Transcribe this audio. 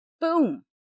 boom